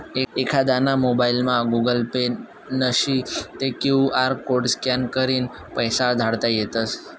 एखांदाना मोबाइलमा Google Pay नशी ते क्यु आर कोड स्कॅन करीन पैसा धाडता येतस